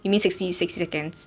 you mean sixty sixty seconds